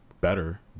better